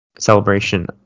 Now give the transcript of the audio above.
Celebration